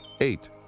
Eight